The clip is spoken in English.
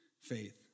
faith